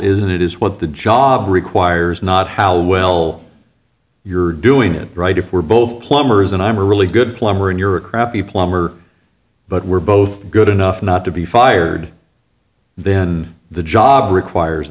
that it is what the job requires not how well you're doing it right if we're both plumbers and i'm really good amarin you're a crappy plumber but were both good enough not to be fired then the job requires